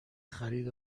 خرید